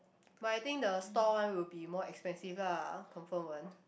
but I think the store one will be more expensive lah confirm one